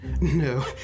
No